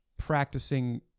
practicing